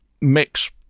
mix